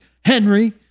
Henry